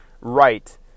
right